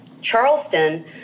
Charleston